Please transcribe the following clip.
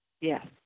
Yes